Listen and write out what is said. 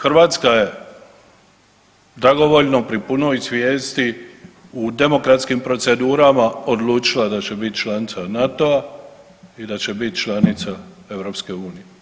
Hrvatska je dragovoljno pri punoj svijesti u demokratskim procedurama odlučila da će biti članica NATO-a i da će bit članica EU.